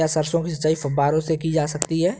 क्या सरसों की सिंचाई फुब्बारों से की जा सकती है?